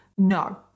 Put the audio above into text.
No